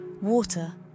water